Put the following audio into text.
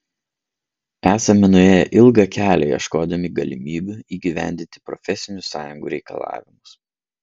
esame nuėję ilgą kelią ieškodami galimybių įgyvendinti profesinių sąjungų reikalavimus